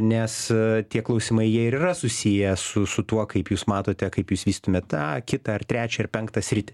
nes tie klausimai jie ir yra susiję su su tuo kaip jūs matote kaip jūs vystumėtet tą kitą ar trečią ar penktą sritį